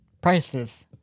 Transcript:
prices